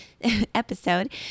episode